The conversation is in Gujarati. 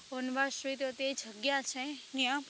વનવાસ વિત્યો તે જગ્યા છે ત્યાં